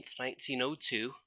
1902